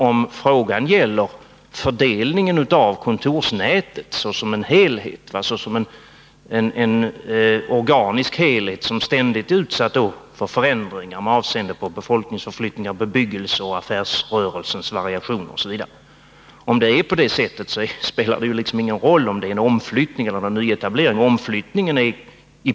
Om det gäller fördelningen av kontorsnätet såsom en organisk helhet, som ständigt är utsatt för förändringar med avseende på befolkningsförflyttningar, bebyggelse, affärsrörelsens variation etc., spelar det ju ingen roll om det är fråga om en omflyttning eller en nyetablering av bankkontor.